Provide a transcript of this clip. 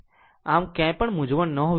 આમ ક્યાંય પણ મૂંઝવણ ન હોવી જોઈએ